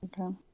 Okay